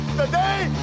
Today